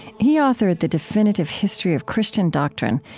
he authored the definitive history of christian doctrine,